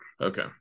Okay